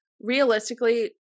realistically